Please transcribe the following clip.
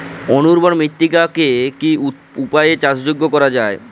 অনুর্বর মৃত্তিকাকে কি কি উপায়ে চাষযোগ্য করা যায়?